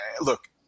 look